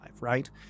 Right